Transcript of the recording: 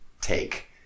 take